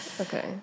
Okay